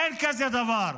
אין כזה דבר.